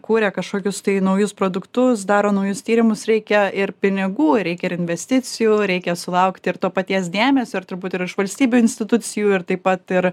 kūrė kažkokius tai naujus produktus daro naujus tyrimus reikia ir pinigų reikia ir investicijų reikia sulaukti ir to paties dėmesio ir turbūt ir iš valstybių institucijų ir taip pat ir